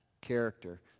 character